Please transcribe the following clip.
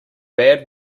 bad